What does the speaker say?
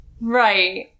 right